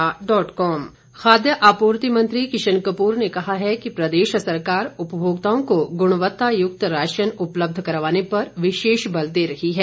किशन कपूर खाद्य आपूर्ति मंत्री किशन कपूर ने कहा है कि प्रदेश सरकार उपभोक्ताओं को गुणवत्ता युक्त राशन उपलब्ध करवाने पर विशेष बल दे रही है